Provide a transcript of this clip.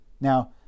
Now